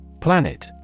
Planet